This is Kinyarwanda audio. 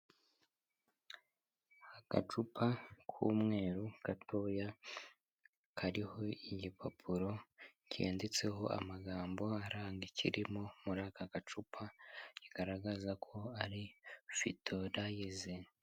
Agacupa k'umweru gatoya kariho igipapuro cyanditseho amagambo aranga ikirimo, muri aka gacupa kigaragaza ko ari vitorayize.